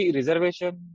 reservation